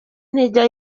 ntijya